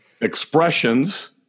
expressions